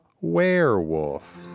Werewolf